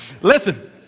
Listen